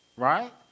Right